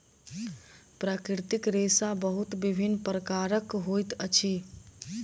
प्राकृतिक रेशा बहुत विभिन्न प्रकारक होइत अछि